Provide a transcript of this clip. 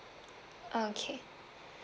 okay